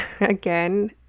again